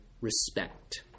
respect